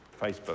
facebook